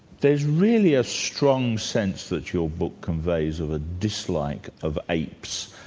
there's really a strong sense that your book conveys of a dislike of apes,